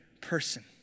person